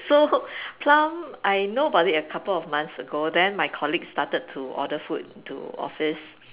so Plum I know about it a couple of months ago then my colleague started to order food to office